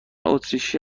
اتریشی